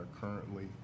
currently